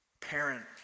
parent